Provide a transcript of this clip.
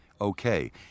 okay